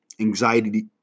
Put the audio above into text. anxiety